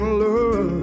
love